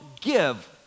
give